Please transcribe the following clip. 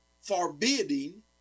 forbidding